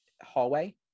hallway